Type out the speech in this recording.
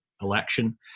election